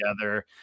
together